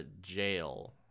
jail